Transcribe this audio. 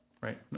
right